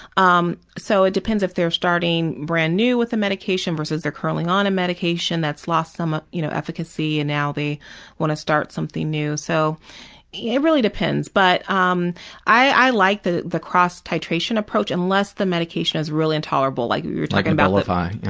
um so it depends if they're starting brand new with the medication versus they're currently on a medication that's lost some you know efficacy and now they want to start something new. so it really depends, but um i like the the cross-titration approach, unless the medication is really intolerable like we were talking about. like abilify. and